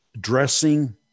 dressing